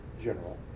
general